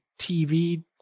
TV